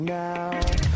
now